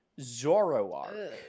Zoroark